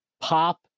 pop